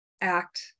Act